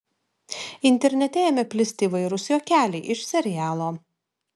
internete ėmė plisti įvairūs juokeliai iš serialo